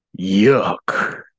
Yuck